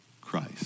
Christ